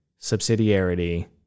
subsidiarity